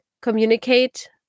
communicate